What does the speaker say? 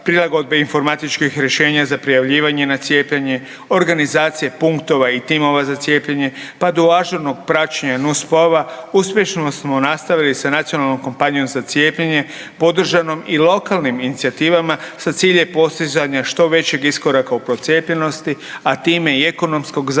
prilagodbe informatičkih rješenja za prijavljivanje na cijepljenje, organizacije punktova i timova za cijepljenje pa do ažurnog praćenja nuspojava, uspješno smo nastavili sa nacionalnom kampanjom za cijepljenje podržanom i lokalnim inicijativama sa ciljem postizanja što većeg iskoraka u procijepljenosti a time i ekonomskog zaokreta